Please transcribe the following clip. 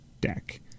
deck